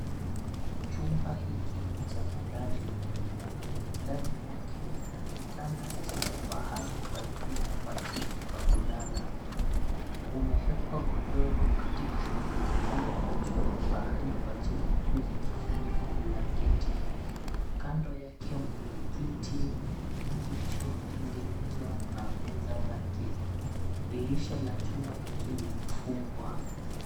Chumba hiki ni cha malazi. Ndani mwake mna kitanda chenye pahali pa juu na pa chini pa kulala. Kumeekwa godoro katika pahali pa juu na pahali pa chini huku zikifunikwa blanketi. Kando yake mna kiti kilichotengenezwa na meza yake. Dirisha la chumba hiki limefungwa.